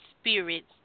spirits